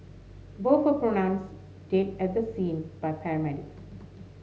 both were pronounced dead at the scene by paramedics